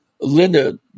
Linda